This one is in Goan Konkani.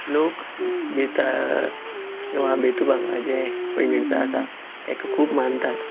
लोक बेताळ किंवां बेतूबाचे पैंगीणकार आसा तेंकां खूब मानतात